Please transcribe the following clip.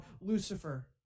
Lucifer